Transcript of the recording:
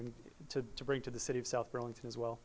and to bring to the city of south burlington as well